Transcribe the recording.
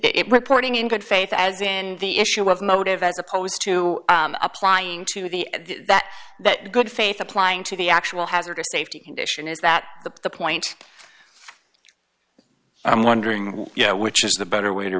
it reporting in good faith as in the issue of motive as opposed to applying to the that that good faith applying to the actual hazardous safety condition is that the point i'm wondering which is the better way to